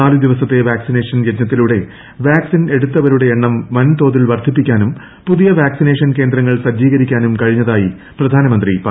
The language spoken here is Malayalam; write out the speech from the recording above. നാല് ദിവസത്തെ വാക്സ്ട്രിനേഷൻ യജ്ഞത്തിലൂടെ വാക്സിൻ എടുത്തവരുടെ എണ്ണ്ട് പ്പ്ൻതോതിൽ വർദ്ധിപ്പിക്കാനും പുതിയ വാക്സിനേഷൻ കേന്ദ്രങ്ങൾ സജ്ജീകരിക്കാനും കഴിഞ്ഞതായി പ്രധാനമന്ത്രി പറഞ്ഞു